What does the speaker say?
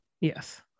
Yes